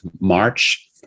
March